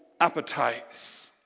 appetites